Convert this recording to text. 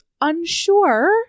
unsure